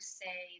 say